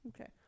Okay